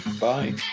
Bye